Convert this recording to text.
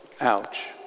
Ouch